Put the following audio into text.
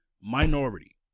minority